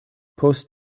post